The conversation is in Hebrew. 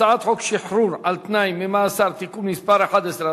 הצעת חוק שחרור על-תנאי ממאסר (תיקון מס' 11),